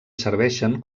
serveixen